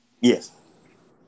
Yes